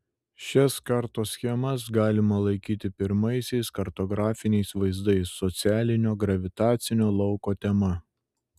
šias kartoschemas galima laikyti pirmaisiais kartografiniais vaizdais socialinio gravitacinio lauko tema